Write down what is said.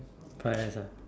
fried rice ah